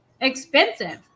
Expensive